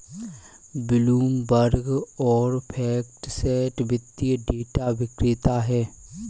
Bloomberg और FactSet वित्तीय data विक्रेता हैं